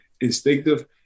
instinctive